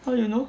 how you know